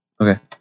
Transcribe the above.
Okay